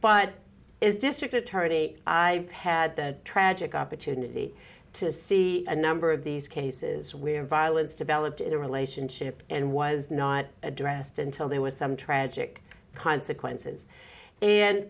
but is district attorney i had the tragic opportunity to see a number of these cases where violence developed in a relationship and was not addressed until there were some tragic consequences and